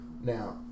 Now